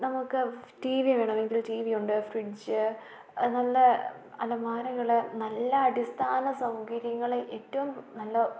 നമുക്ക് T V വേണമെങ്കിൽ T V ഉണ്ട് ഫ്രിഡ്ജ് നല്ല അലമാരകൾ നല്ല അടിസ്ഥാന സൗകര്യങ്ങൾ ഏറ്റവും നല്ല